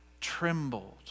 trembled